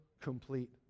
complete